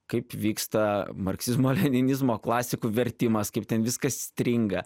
kaip vyksta marksizmo leninizmo klasikų vertimas kaip ten viskas stringa